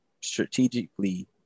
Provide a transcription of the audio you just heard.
strategically